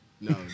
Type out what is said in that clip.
No